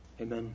amen